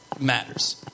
matters